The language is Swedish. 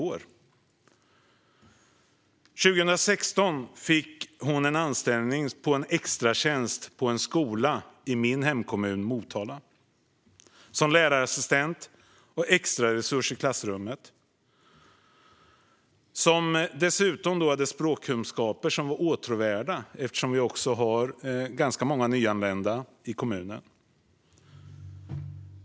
År 2016 fick hon en anställning på en extratjänst som lärarassistent och resurs i klassrummet på en skola i min hemkommun Motala. Eftersom vi har ganska många nyanlända i kommunen var även hennes språkkunskaper åtråvärda.